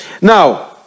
Now